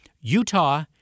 Utah